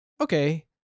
okay